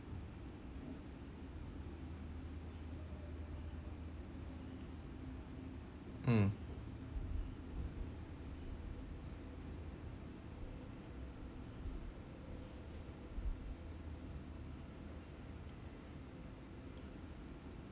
mm